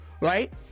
right